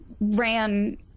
ran